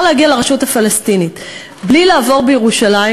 להגיע לרשות הפלסטינית בלי לעבור בירושלים,